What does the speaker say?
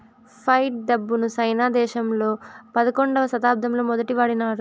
fight డబ్బును China దేశంలో పదకొండవ శతాబ్దంలో మొదటి వాడినారు